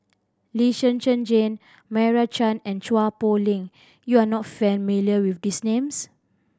Lee Zhen Zhen Jane Meira Chand and Chua Poh Leng you are not familiar with these names